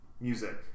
music